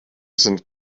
sind